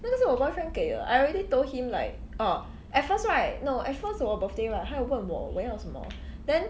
那个是我 boyfriend 给的 I already told him like orh at first right no at first 我 birthday right 他有问我我要什么 then